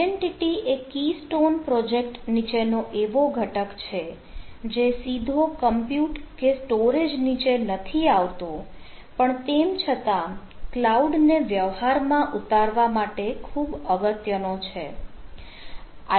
identity એ Keystone project નીચેનો એવો ઘટક છે જે સીધો કમ્પ્યુટ કે સ્ટોરેજ નીચે નથી આવતો પણ તેમ છતાં ક્લાઉડ ને વ્યવહારમાં ઉતારવા માટે ખૂબ અગત્યનો છે